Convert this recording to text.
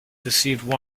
deceived